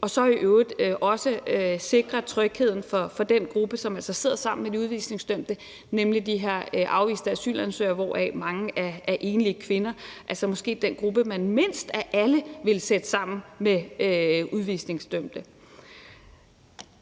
og så i øvrigt også sikre trygheden for den gruppe, som så sidder sammen med de udvisningsdømte, nemlig de her afviste asylansøgere, hvoraf jo mange er enlige kvinder og måske den gruppe, man mindst af alle ville sætte sammen med udvisningsdømte.